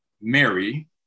Mary